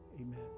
amen